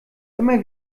immer